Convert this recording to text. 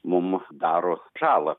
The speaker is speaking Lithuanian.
mum daro žalą